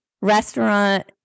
restaurant